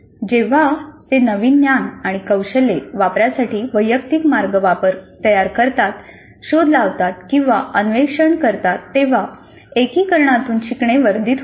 जेव्हा ते नवीन ज्ञान आणि कौशल्ये वापरण्यासाठी वैयक्तिक मार्ग तयार करतात शोध लावतात किंवा अन्वेषण करतात तेव्हा एकीकरणातून शिकणे वर्धित होते